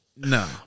No